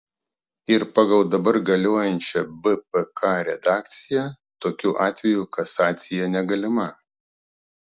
ir pagal dabar galiojančią bpk redakciją tokiu atveju kasacija negalima